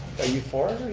are you for it